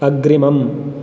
अग्रिमम्